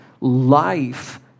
life